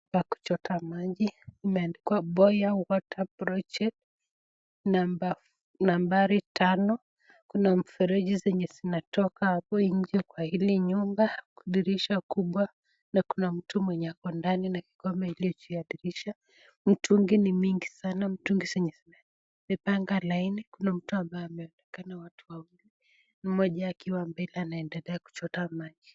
Hapa kuchota maji imeandikwa Boya water project number nambari tano. Kuna mfereji zenye zinatoka hapo njie kwa hili nyumba dirisha kubwa na kuna mtu mwenye ako ndani na kikombe ile juu ya dirisha, Mtungi ni mingi sana, mtungi zenye zimepanga laini. Kuna mtu ambaye amekaa na watu wawili, mmoja akiwa mbele anaendelea kuchota maji.